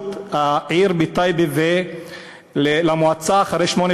לראשות העיר טייבה ולמועצה, אחרי שמונה